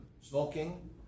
smoking